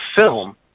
film